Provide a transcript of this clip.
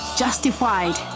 justified